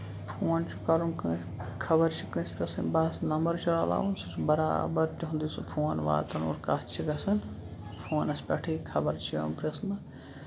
phone چھُ کَرُن کٲنسہِ خبر چھےٚ کٲنسہِ پرژھٕنۍ بَس نَمبر چھُ رَلاوُن سُہ چھُ برابر تِہُندُے سُہ فون واتان اور کَتھ چھِ گژھان فونَس پٮ۪ٹھٕے خبَر چھ یوان پرژھنہٕ